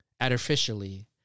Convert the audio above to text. artificially